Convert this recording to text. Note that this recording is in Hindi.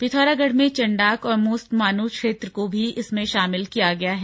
पिथौरागढ़ में चंडाक और मोस्टमानू क्षेत्र को भी इसमें शामिल किया गया है